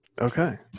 Okay